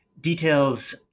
details